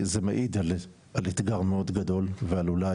זה מעיד על אתגר מאוד גדול ועל אולי,